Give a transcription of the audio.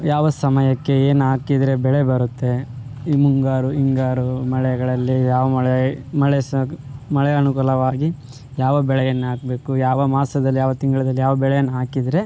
ಯಾವ ಸಮಯಕ್ಕೆ ಏನು ಹಾಕಿದ್ರೆ ಬೆಳೆ ಬರುತ್ತೆ ಈ ಮುಂಗಾರು ಹಿಂಗಾರು ಮಳೆಗಳಲ್ಲಿ ಯಾವ ಮಳೆ ಮಳೆ ಸಾಗು ಮಳೆ ಅನುಕೂಲವಾಗಿ ಯಾವ ಬೆಳೆ ಏನು ಹಾಕ್ಬೇಕು ಯಾವ ಮಾಸದಲ್ಲಿ ಯಾವ ತಿಂಗಳಲ್ಲಿ ಯಾವ ಬೆಳೆಯನ್ನು ಹಾಕಿದರೆ